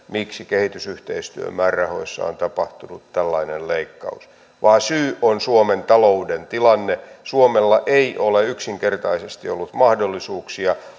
miksi kehitysyhteistyömäärärahoissa on tapahtunut tällainen leikkaus vaan syy on suomen talouden tilanne suomella ei ole yksinkertaisesti ollut mahdollisuuksia